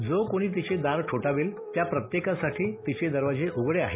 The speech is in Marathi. जो कोणी तिचे दार ठोठावेल त्या प्रत्येकासाठी तिचे दरवाजे उघडे आहेत